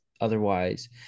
otherwise